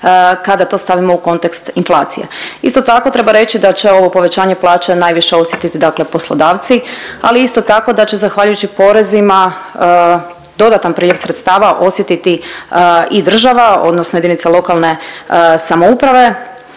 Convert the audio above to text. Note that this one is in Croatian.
kada to stavimo u kontekst inflacije. Isto tako treba reći da će ovo povećanje plaća najviše osjetit dakle poslodavci, ali isto tako da će zahvaljujući porezima dodatan priljev sredstava osjetiti i država odnosno jedinica lokalne samouprave.